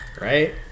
right